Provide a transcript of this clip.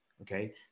Okay